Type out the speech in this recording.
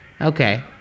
Okay